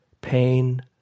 pain